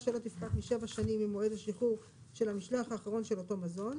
שלא תפחת מ-7 שנים ממועד השחרור של המשלוח האחרון של אותו מזון,